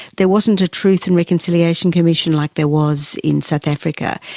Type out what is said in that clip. there wasn't a truth and reconciliation commission like there was in south africa,